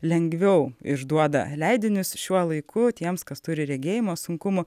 lengviau išduoda leidinius šiuo laiku tiems kas turi regėjimo sunkumų